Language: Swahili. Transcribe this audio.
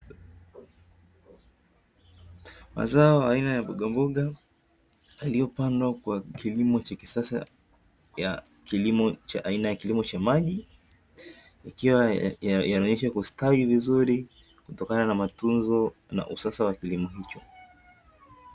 Mazao aina ya mbogamboga, aliyopandwa kwa kilimo cha kisasa ya kilimo cha aina ya maji, yakiwa yanaonyesha kustawi vizuri kutokana na matunzo na usasa wa kilimo hicho.